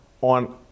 on